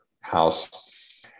house